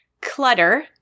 Clutter